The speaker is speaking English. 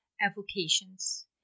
avocations